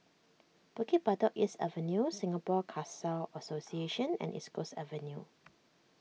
Bukit Batok East Avenue Singapore Khalsa Association and East Coast Avenue